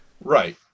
Right